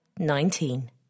Nineteen